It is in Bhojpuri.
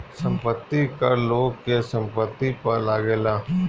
संपत्ति कर लोग के संपत्ति पअ लागेला